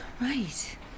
right